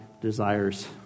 desires